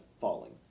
falling